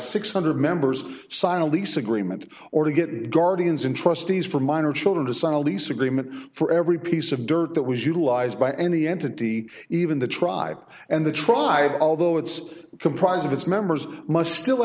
six hundred members sign a lease agreement or to get guardians in trustees for minor children to sign a lease agreement for every piece of dirt that was utilized by any entity even the tribe and the tribe although it's comprised of its members must still